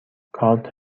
کارت